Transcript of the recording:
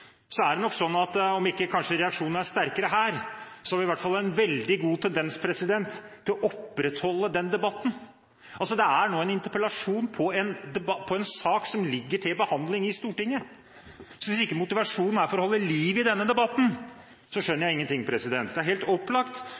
er det nok sånn at om ikke reaksjonene er sterkere her, har vi i hvert fall en veldig tendens til å opprettholde den debatten. Dette er en interpellasjon om en sak som ligger til behandling i Stortinget. Hvis ikke motivasjonen er å holde liv i denne debatten, så skjønner jeg ingenting. Det er helt opplagt